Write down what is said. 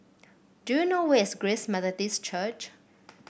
do you know where is Grace Methodist Church